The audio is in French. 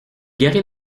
garé